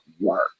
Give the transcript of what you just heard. work